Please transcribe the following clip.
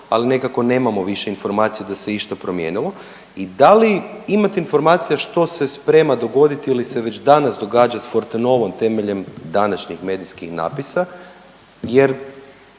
ali nekako nemamo više informaciju da se išta promijenilo. I da li imate informacija što se sprema dogoditi ili se već danas događa s Fortenovom temeljem današnjih medijskih natpisa jer